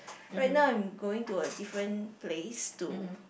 right now I'm going to a different place to